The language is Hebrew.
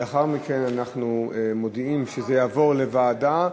לאחר מכן, אנחנו מודיעים שזה יעבור לוועדה,